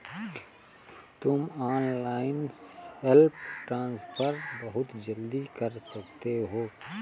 तुम online self transfer बहुत जल्दी कर सकते हो